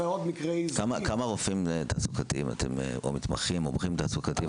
כמה רופאים תעסוקתיים או מתמחים או מומחים תעסוקתיים?